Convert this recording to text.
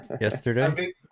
yesterday